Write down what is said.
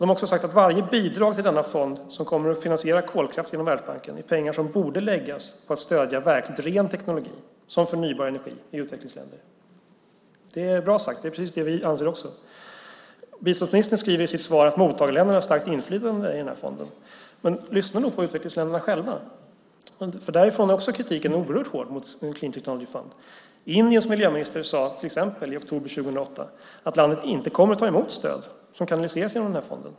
De har också sagt att varje bidrag till denna fond som kommer att finansiera kolkraft genom Världsbanken är pengar som borde läggas på att stödja verkligt ren teknologi, till exempel förnybar energi i utvecklingsländerna. Det är bra sagt. Det är precis det vi anser också. Biståndsministern skriver i sitt svar att mottagarländerna har ett starkt inflytande i den här fonden. Men lyssna då på utvecklingsländerna själva. Också därifrån är kritiken oerhört hård mot Clean Technology Fund. Indiens miljöminister sade till exempel i oktober 2008 att landet inte kommer att ta emot stöd som kanaliseras genom den här fonden.